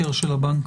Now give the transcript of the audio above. הבנק.